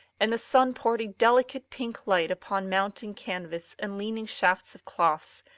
and the sun poured a delicate pink light upon mounting canvas and leaning shafts of cloths,